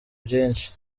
byinshi